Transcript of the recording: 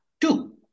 two